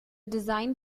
design